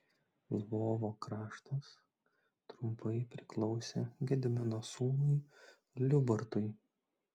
lvovo kraštas trumpai priklausė gedimino sūnui liubartui